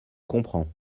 comprends